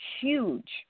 huge